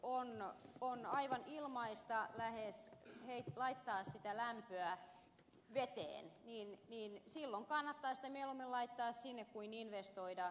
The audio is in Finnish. kun on lähes ilmaista laittaa sitä lämpöä veteen niin silloin kannattaa sitä mieluummin laittaa sinne kuin investoida